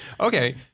okay